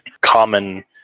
common